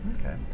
Okay